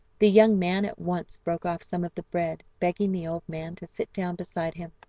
the young man at once broke off some of the bread, begging the old man to sit down beside him,